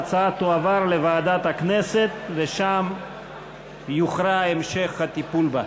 ההצעה תועבר לוועדת הכנסת ושם יוכרע המשך הטיפול בה.